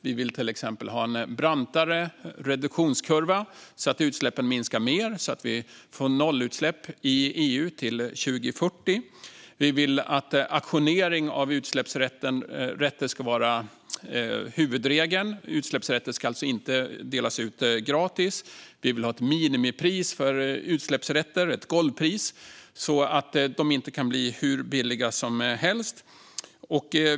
Exempelvis vill vi ha en brantare reduktionskurva så att utsläppen minskar mer och vi därmed får nollutsläpp i EU till 2040. Vi vill vidare att auktionering av utsläppsrätter ska vara huvudregeln. Utsläppsrätter ska således inte delas ut gratis. Vi vill ha ett minimipris, ett golvpris, för utsläppsrätter så att de inte kan bli hur billiga som helst.